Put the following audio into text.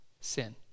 sin